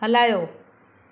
हलायो